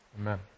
Amen